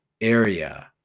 area